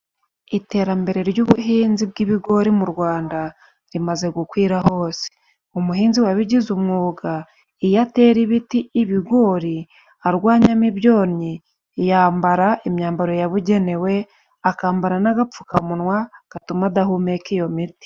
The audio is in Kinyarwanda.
Iterambere ry'ubuhinzi bw'ibigori mu Rwanda rimaze gukwira hose. Umuhinzi wabigize umwuga iyo atera ibiti ibigori arwanyamo ibyonnyi yambara imyambaro yabugenewe, akambara n'agapfukamunwa gatuma adahumeka iyo miti.